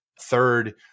Third